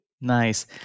Nice